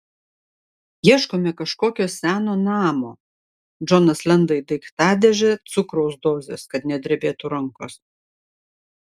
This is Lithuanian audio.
ieškome kažkokio seno namo džonas lenda į daiktadėžę cukraus dozės kad nedrebėtų rankos